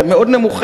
שהם מאוד נמוכים,